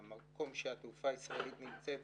במקום שהתעופה הישראלית נמצאת בו,